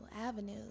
avenue